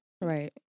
Right